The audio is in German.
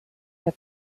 der